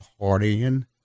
partying